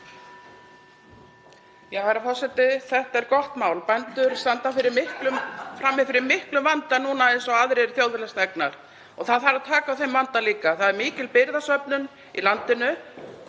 Herra forseti. Þetta er gott mál. Bændur standa frammi fyrir miklum vanda núna eins og aðrir þjóðfélagsþegnar og það þarf að taka á þeim vanda líka. Það er mikil birgðasöfnun í landinu.